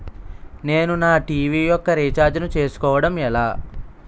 నేను నా టీ.వీ యెక్క రీఛార్జ్ ను చేసుకోవడం ఎలా?